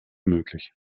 möglich